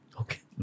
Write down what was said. Okay